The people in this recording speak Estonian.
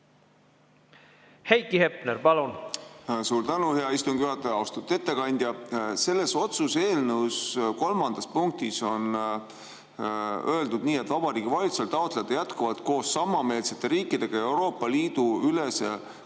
Heiki Hepner, palun! Suur tänu, hea istungi juhataja! Austatud ettekandja! Selles otsuse eelnõu kolmandas punktis on öeldud nii: "Vabariigi Valitsusel taotleda jätkuvalt koos samameelsete riikidega Euroopa Liidu ülese